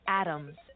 atoms